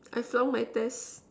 I flunked my test